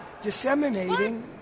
disseminating